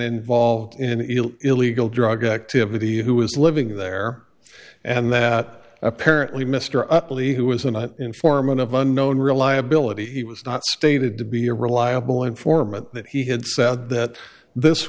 involved in illegal drug activity who was living there and that apparently mr utley who was an informant of unknown reliability he was not stated to be a reliable informant that he had said that this